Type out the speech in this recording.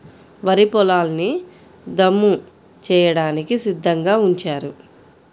వరి పొలాల్ని దమ్ము చేయడానికి సిద్ధంగా ఉంచారు